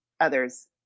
others